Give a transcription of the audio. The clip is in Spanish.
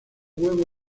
huevo